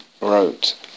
wrote